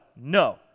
no